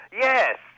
yes